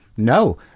no